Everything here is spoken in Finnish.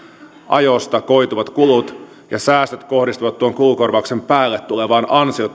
työajosta koituvat kulut ja säästöt kohdistuvat tuon kulukorvauksen päälle tulevaan ansiottomaan verotuloon